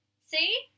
See